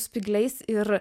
spygliais ir